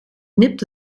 nipt